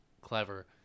clever